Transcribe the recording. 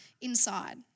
inside